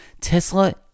Tesla